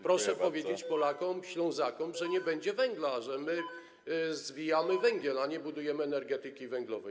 Proszę powiedzieć Polakom, Ślązakom, że nie będzie węgla, że zwijamy węgiel, a nie budujemy energetykę węglową.